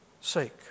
sake